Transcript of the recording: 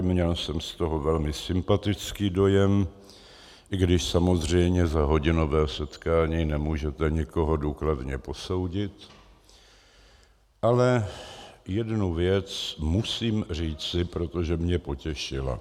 Měl jsem z toho velmi sympatický dojem, i když samozřejmě za hodinové setkání nemůžete nikoho důkladně posoudit, ale jednu věc musím říci, protože mě potěšila.